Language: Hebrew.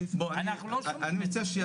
אנחנו לא שומעים לא